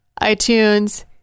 iTunes